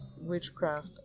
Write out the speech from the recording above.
witchcraft